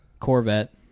Corvette